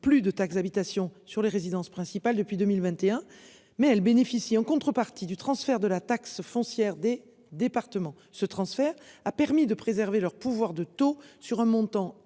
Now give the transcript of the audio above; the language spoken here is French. plus de taxe d'habitation sur les résidences principales. Depuis 2021, mais elle bénéficie en contrepartie du transfert de la taxe foncière des départements. Ce transfert a permis de préserver leur pouvoir de taux sur un montant